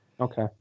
Okay